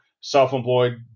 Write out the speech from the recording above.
self-employed